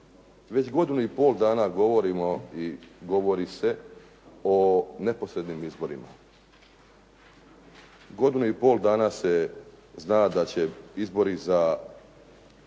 Već godinu i pol dana govorimo i govori se o neposrednim izborima. Godinu i pol dana se zna da će izbori za